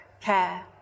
care